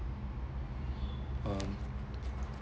um